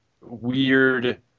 weird